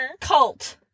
Cult